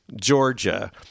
Georgia